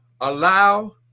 allow